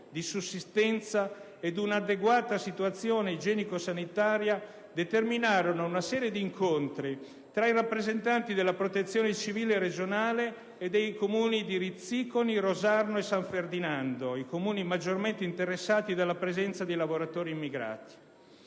di sussistenza ed un'adeguata situazione igienico-sanitaria determinarono una serie di incontri tra i rappresentanti della Protezione civile regionale e dei Comuni di Rizziconi, Rosarno e San Ferdinando (i Comuni maggiormente interessati dalla presenza di lavoratori immigrati).